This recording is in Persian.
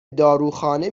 داروخانه